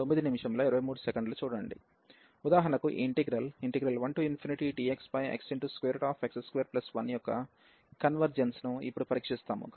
ఉదాహరణకు ఈ integral 1dxxx21 యొక్క కన్వర్జెన్స్ ను ఇప్పుడు పరీక్షిస్తాము